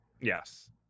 Yes